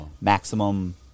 Maximum